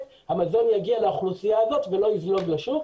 המזון יגיע לאוכלוסייה הזאת ולא יזלוג לשוק.